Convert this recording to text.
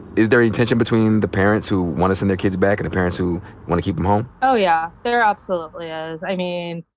is there any tension between the parents who want to send their kids back and the parents who want to keep em home? oh yeah. there absolutely is. i mean,